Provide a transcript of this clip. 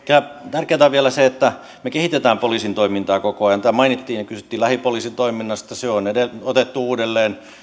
tärkeätä on vielä se että me kehitämme poliisin toimintaa koko ajan täällä mainittiin ja kysyttiin lähipoliisitoiminnasta se on otettu